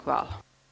Hvala.